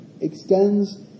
extends